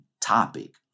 topic